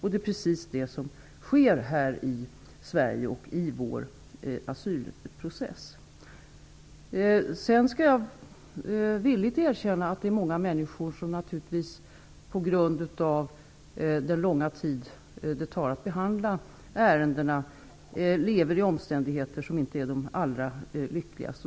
Detta är precis vad som sker i vår asylprocess här i Jag skall villigt erkänna att det naturligtvis är många människor som på grund av den långa behandlingstiden av ärendena lever i omständigheter som inte är de allra lyckligaste.